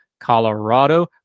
Colorado